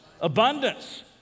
Abundance